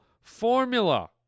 formula